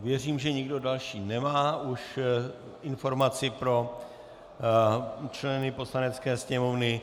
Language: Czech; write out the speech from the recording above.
Věřím, že nikdo další nemá už informaci pro členy Poslanecké sněmovny.